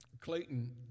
Clayton